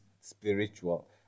spiritual